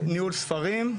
ניהול ספרים.